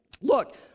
Look